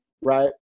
right